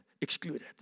Excluded